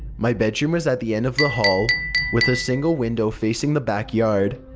my bedroom was at the end of the hall with a single window facing the back yard,